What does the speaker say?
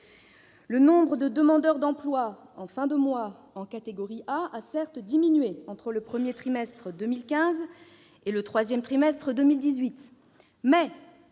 Le nombre de demandeurs d'emploi en fin de mois en catégorie A a bien diminué entre le premier trimestre 2015 et le troisième trimestre 2018,